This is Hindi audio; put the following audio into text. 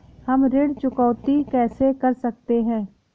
हम ऋण चुकौती कैसे कर सकते हैं?